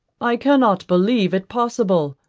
i cannot believe it possible,